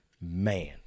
man